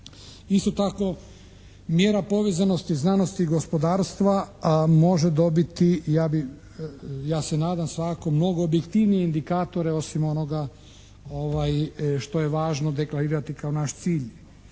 Isto tako mjera povezanosti, znanosti gospodarstva može dobiti, ja se nadam svakako, mnogo objektivnije indikatore osim onoga što je važno deklarirati kao naš cilj.